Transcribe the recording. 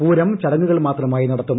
പൂരം ചടങ്ങുകൾ മാത്രമായി നടത്തും